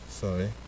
Sorry